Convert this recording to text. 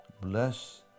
Bless